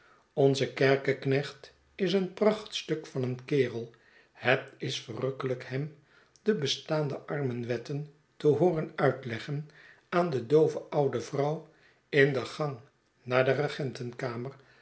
onze kerkeknecht is een prachtstuk van een kerel het is verrukkelijk hem de bestaande armenwetten te hooren uitleggen aan de doove oude vrouw in den gang naar de